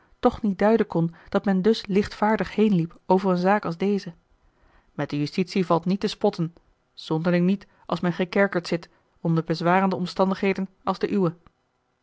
toch niet dulden kon dat men dus lichtvaardig heenliep over eene zaak als deze met de justitie valt niet te spotten zonderling niet als men gekerkerd zit onder bezwarende omstandigheden als de